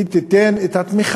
היא תיתן גם את התמיכה,